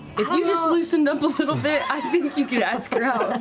if you just loosened up a little bit, i think you could ask her out. matt